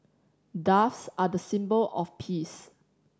doves are the symbol of peace